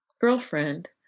girlfriend